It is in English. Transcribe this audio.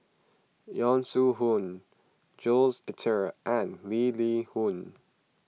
Yong Shu Hoong Jules Itier and Lee Li Hui